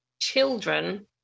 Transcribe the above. Children